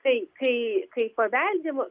tai kai kai paveldim